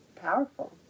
powerful